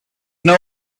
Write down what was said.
know